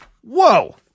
Whoa